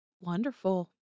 wonderful